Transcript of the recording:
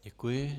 Děkuji.